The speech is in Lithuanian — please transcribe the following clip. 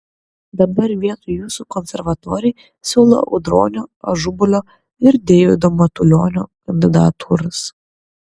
dabar vietoj jūsų konservatoriai siūlo audronio ažubalio ir deivido matulionio kandidatūras